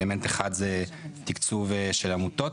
אלמנט אחד זה תקצוב של עמותות,